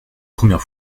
première